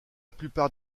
plupart